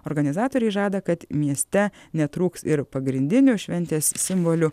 organizatoriai žada kad mieste netrūks ir pagrindinių šventės simbolių